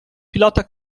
pilota